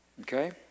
Okay